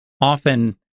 often